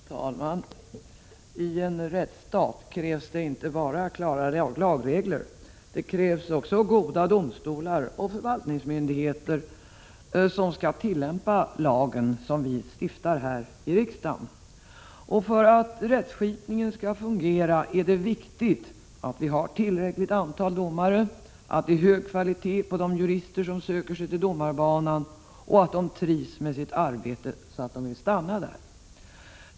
Herr talman! I en rättsstat krävs det inte bara klara lagregler. Det krävs goda domstolar och förvaltningsmyndigheter som skall tillämpa lagen. Och för att rättsskipningen skall fungera är det viktigt att vi har tillräckligt antal domare och att det är hög kvalitet på de jurister som söker sig till domarbanan — samt att de trivs med sitt arbete så att de vill stanna där.